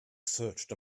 searched